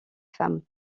femmes